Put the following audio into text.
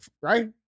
Right